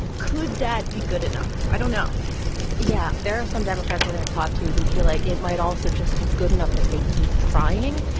could that be good enough? i don't know yeah, there are some democrats that i've talked to who feel like it might also just be good enough that they keep trying.